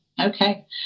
Okay